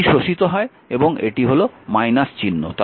এটি শোষিত হয় এবং এটি হল চিহ্ন